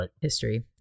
history